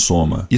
Soma